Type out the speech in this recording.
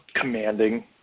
commanding